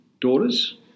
daughters